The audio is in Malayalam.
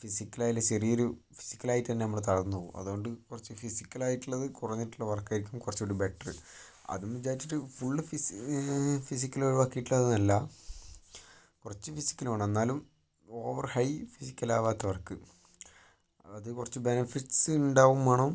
ഫിസിക്കൽ ആയാൽ ചെറിയൊരു ഫിസിക്കൽ ആയിട്ട് തന്നെ നമ്മൾ തളർന്നു പോകും അതുകൊണ്ട് കുറച്ച് ഫിസിക്കലായിട്ടുള്ളത് കുറഞ്ഞിട്ടുള്ള വർക്ക് ആയിരിക്കും കുറച്ചും കൂടി ബെറ്റർ അത് എന്ന് വിചാരിച്ചിട്ട് ഫുള്ള് ഫിസ് ഫിസിക്കൽ ഒഴിവാക്കിയിട്ടുള്ള അതല്ല കുറച്ചു ഫിസിക്കൽ വേണം എന്നാലും ഓവർ ഹൈ ഫിസിക്കൽ ആകാത്ത വർക്ക് അത് കുറച്ചു ബെനഫിറ്റ്സ് ഉണ്ടാകുകയും വേണം